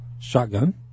shotgun